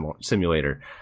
Simulator